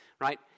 right